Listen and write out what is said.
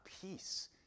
peace